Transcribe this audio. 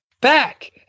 Back